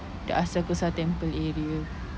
the asakusa temple area